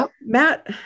Matt